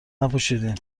نپوشیدین